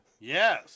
Yes